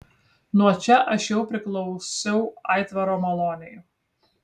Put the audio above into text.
nuo čia aš jau priklausiau aitvaro malonei